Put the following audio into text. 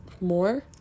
more